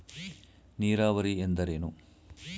ನೀರಾವರಿ ಎಂದರೇನು?